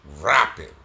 rapping